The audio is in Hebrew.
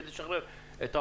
כדי לשחרר את העומסים.